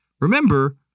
remember